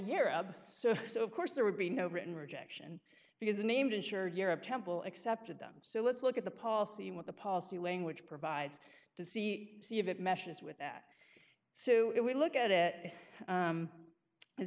europe so so of course there would be no written rejection because the named insured europe temple accepted them so let's look at the policy what the policy language provides to see see if it meshes with that so we look at it